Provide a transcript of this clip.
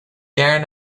darren